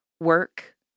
work